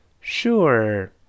Sure